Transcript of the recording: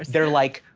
they're like,